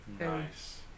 Nice